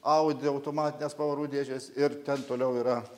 audi automatinės pavarų dėžės ir ten toliau yra